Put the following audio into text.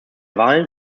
wahlen